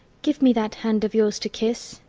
give me that hand of yours to kiss.